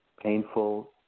painful